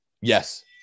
Yes